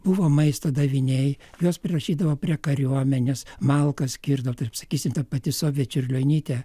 buvo maisto daviniai juos prirašydavo prie kariuomenės malkas skirdavo taip sakysim ta pati sofija čiurlionytė